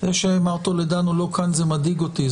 זה שמר טולדו לא כאן זה מדאיג אותי.